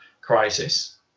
crisis